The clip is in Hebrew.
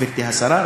גברתי השרה,